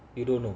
you don't know